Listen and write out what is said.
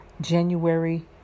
January